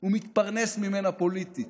הוא מתפרנס ממנה פוליטית.